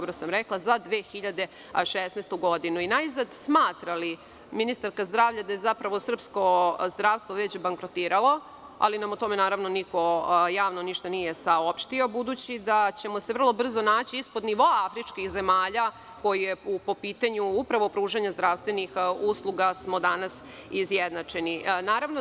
Najzad, smatra li ministarka zdravlja da je zapravo srpsko zdravstvo već bankrotiralo, ali nam o tome niko javno ništa nije saopštio, budući da ćemo se vrlo brzo naći ispod nivoa afričkih zemalja koji je po pitanju upravo pružanja zdravstvenih usluga izjednačen sa nama?